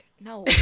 no